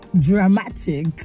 dramatic